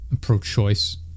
pro-choice